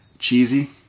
Cheesy